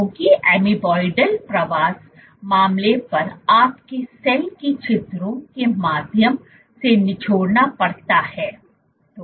क्योंकि एमीबॉयडल प्रवास मामले पर आपके सेल को छिद्रों के माध्यम से निचोड़ना पड़ता है